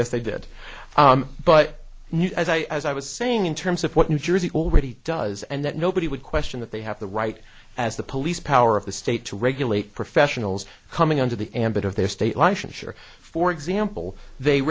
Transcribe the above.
if they did but as i was saying in terms of what new jersey already does and that nobody would question that they have the right as the police power of the state to regulate professionals coming under the ambit of their state licensure for example they